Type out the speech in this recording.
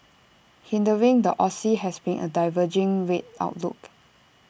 hindering the Aussie has been A diverging rate outlook